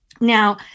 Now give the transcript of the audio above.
Now